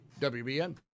WBN